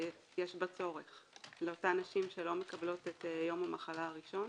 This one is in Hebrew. ויש בה צורך לאותן נשים שלא מקבלות את יום המחלה הראשון.